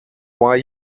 why